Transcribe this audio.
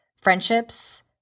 friendships